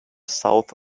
south